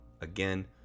Again